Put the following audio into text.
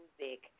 music